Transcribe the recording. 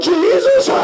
Jesus